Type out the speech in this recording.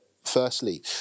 firstly